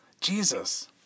Jesus